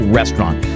restaurant